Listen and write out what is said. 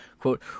quote